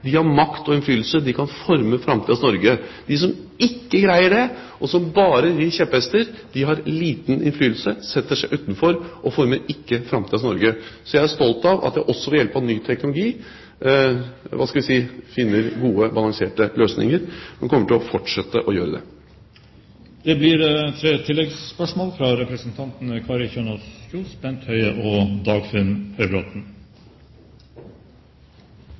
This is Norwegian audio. har makt og innflytelse og kan forme framtidens Norge. De som ikke greier det, og som bare rir kjepphester, har liten innflytelse, setter seg utenfor og former ikke framtidens Norge. Så jeg er stolt av at jeg også ved hjelp av ny teknologi finner gode og balanserte løsninger. Jeg kommer til å fortsette å gjøre det. Det blir tre oppfølgingsspørsmål – først Kari Kjønaas Kjos. Navarsete har de siste ukene hudflettet styrene og